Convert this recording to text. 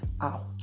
out